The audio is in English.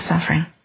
suffering